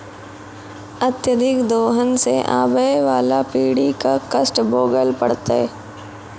अत्यधिक दोहन सें आबय वाला पीढ़ी क कष्ट भोगै ल पड़तै